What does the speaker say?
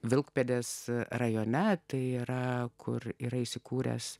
vilkpėdės rajone tai yra kur yra įsikūręs